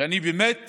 אני באמת